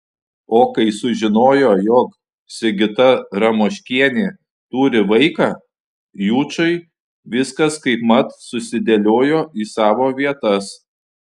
o kai sužinojo jog sigita ramoškienė turi vaiką jučui viskas kaipmat susidėliojo į savo vietas